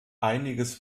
einiges